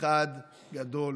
אחד גדול.